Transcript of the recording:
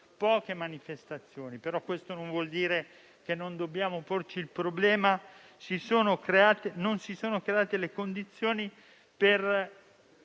poche manifestazioni. Questo però non vuol dire che non dobbiamo porci il problema; non si sono create le condizioni per